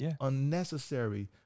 unnecessary